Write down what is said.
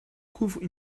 couvrent